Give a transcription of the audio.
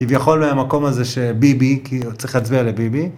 כביכול המקום הזה שביבי, כי צריך להצביע לביבי.